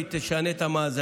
כי היא תשנה את המאזנים.